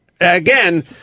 again